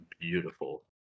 beautiful